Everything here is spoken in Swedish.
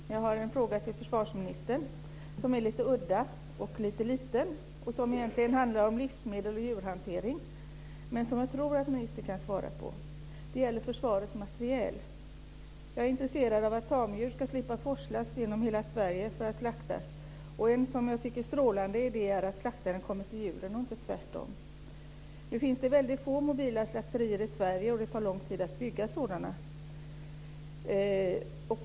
Fru talman! Jag har en fråga till försvarsministern som är lite udda och liten och som egentligen handlar om livsmedel och djurhantering, men som jag tror att ministern kan svara på. Det gäller försvarets materiel. Jag är intresserad av att tamdjur ska slippa forslas genom hela Sverige för att slaktas. En som jag tycker strålande idé är att slaktaren kommer till djuren och inte tvärtom. Nu finns det väldigt få mobila slakterier i Sverige, och det tar lång tid att bygga sådana.